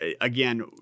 again